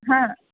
ಹಾಂ